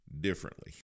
differently